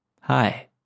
Hi